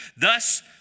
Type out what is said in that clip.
Thus